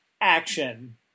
action